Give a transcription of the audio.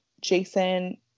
Jason